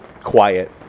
quiet